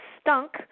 stunk